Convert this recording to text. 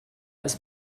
ist